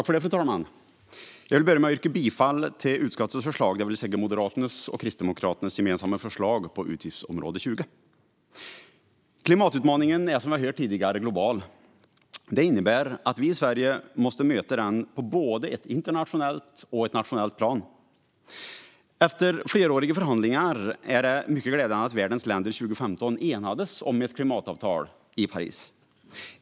Fru talman! Jag vill börja med att yrka bifall till utskottets förslag, det vill säga Moderaternas och Kristdemokraternas gemensamma förslag inom utgiftsområde 20. Klimatutmaningen är som vi hört tidigare global. Det innebär att vi i Sverige måste möta den på både ett internationellt och ett nationellt plan. Efter fleråriga förhandlingar är det mycket glädjande att världens länder 2015 enades om ett klimatavtal i Paris.